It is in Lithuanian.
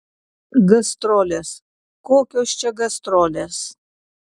gastrolės kokios čia gastrolės